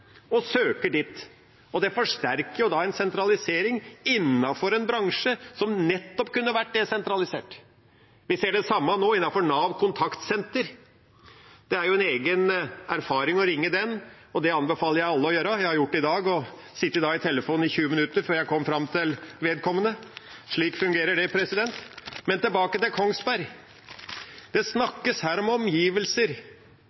og søker dit. Det forsterker en sentralisering innenfor en bransje som nettopp kunne vært desentralisert. Vi ser det samme innenfor Nav Kontaktsenter. Det er en egen erfaring å ringe dem, og det anbefaler jeg alle å gjøre. Jeg har gjort det i dag og satt i telefonen i 20 minutter før jeg kom fram til rette vedkommende. Slik fungerer det. Men tilbake til Kongsberg: Det